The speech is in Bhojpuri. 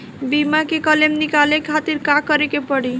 बीमा के क्लेम निकाले के खातिर का करे के पड़ी?